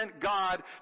God